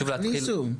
תכניסו.